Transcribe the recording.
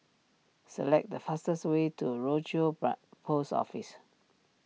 select the fastest way to Rochor Post Office